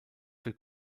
für